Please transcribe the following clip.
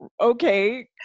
okay